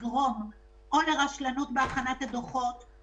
זה חלק מהרעיונות שאנחנו חושבים